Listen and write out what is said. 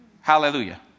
Hallelujah